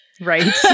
Right